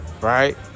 right